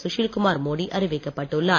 சுசில்குமார் மோடி அறிவிக்கப்பட்டு உள்ளார்